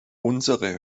unsere